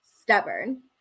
stubborn